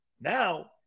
Now